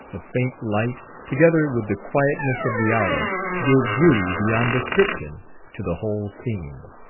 a faint light, together with the quietness of the hour gave beauty beyond description to the whole scene.